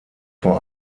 vor